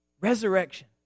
resurrection